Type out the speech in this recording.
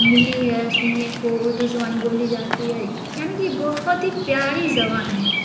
ملی ہے سننے کو اردو زبان بولی جاتی ہے یعنی کہ بہت ہی پیاری زبان ہے